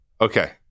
Okay